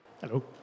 Hello